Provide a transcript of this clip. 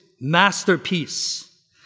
masterpiece